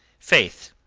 faith,